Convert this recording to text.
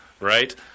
Right